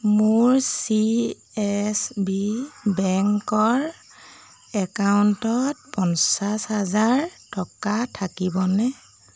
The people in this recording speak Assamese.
মোৰ চি এছ বি বেংকৰ একাউণ্টত পঞ্চাছ হাজাৰ টকা থাকিবনে